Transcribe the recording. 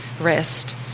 Rest